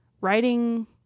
writing